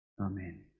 Amen